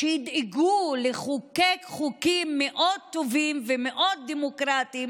המשווקים מספר אחת של חיסול הדמוקרטיה